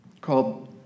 called